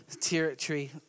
territory